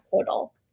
total